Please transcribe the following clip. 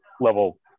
level